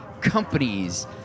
companies